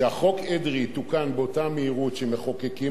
שחוק אדרי יתוקן באותה מהירות שמחוקקים